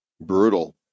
Brutal